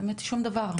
האמת היא ששום דבר.